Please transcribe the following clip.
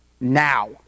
Now